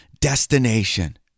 destination